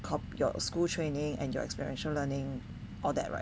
your school training and your experiential learning all that right